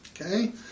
Okay